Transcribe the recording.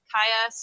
Kaya